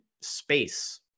space